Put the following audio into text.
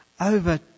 Over